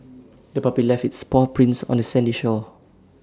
the puppy left its paw prints on the sandy shore